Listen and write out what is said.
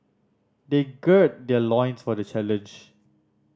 they gird their loins for the challenge